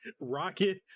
Rocket